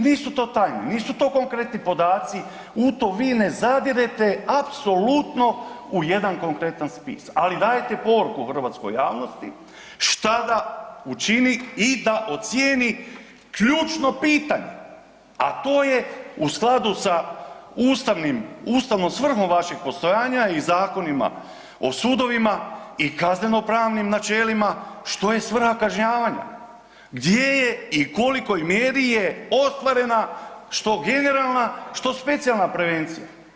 Nisu to tajne, nisu to konkretni podaci u to vi ne zadirete u apsolutno u jedan konkretan spis, ali dajete poruku hrvatskoj javnosti šta da učini i da ocijeni ključno pitanje, a to je u skladu sa ustavnom svrhom vašeg postojanja i zakonima o sudovima i kaznenopravnim načelima što je svrha kažnjavanja, gdje je i kolikoj mjeri je ostvarena što generalna što specijalna prevencija.